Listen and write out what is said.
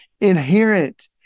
inherent